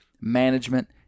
management